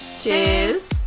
cheers